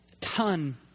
ton